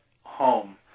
home